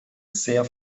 sehr